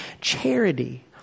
charity